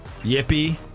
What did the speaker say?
Yippee